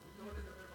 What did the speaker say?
תזמן דיון.